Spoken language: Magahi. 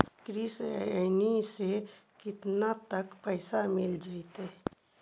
कृषि ऋण से केतना तक पैसा मिल जइतै?